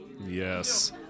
Yes